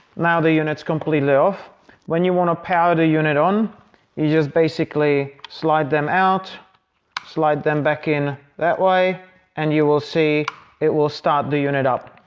now the unit's completely off when you want to power the unit on you just basically slide them out slide them back in that way and you will see it will start the unit up.